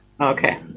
Okay